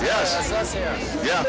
yeah yeah